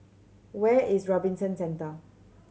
where is Robinson Centre